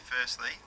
firstly